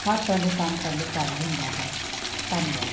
ਹਰ ਤਰ੍ਹਾਂ ਦੇ ਕੰਮ ਕਰਨ ਦੇ ਕਾਬਲ ਹੁੰਦਾ ਹੈ ਧੰਨਵਾਦ